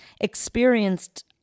experienced